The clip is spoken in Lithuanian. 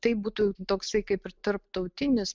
tai būtų toksai kaip ir tarptautinis